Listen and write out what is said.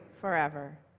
forever